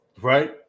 right